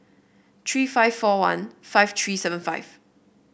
three five four one five three seven five